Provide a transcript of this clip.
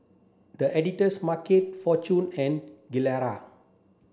The Editor's Market Fortune and Gilera